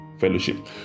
fellowship